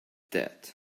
that